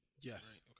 Yes